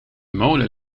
molen